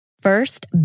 First